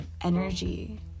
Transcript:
energy